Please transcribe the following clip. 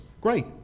great